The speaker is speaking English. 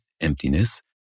emptiness